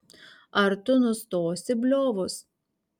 ar tu nustosi bliovus